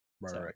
Right